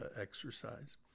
exercise